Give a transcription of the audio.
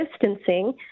distancing